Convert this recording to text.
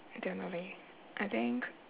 I don't know leh I think